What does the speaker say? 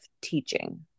teaching